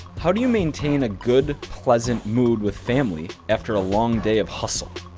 how do you maintain a good, pleasant mood with family after a long day of hustle?